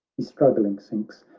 he struggling sinks,